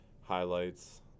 highlights